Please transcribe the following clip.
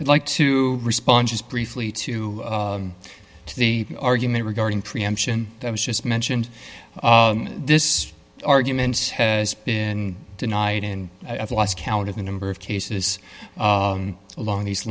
i'd like to respond just briefly to the argument regarding preemption that was just mentioned this argument has been denied and i've lost count of the number of cases along these